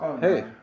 hey